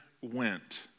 went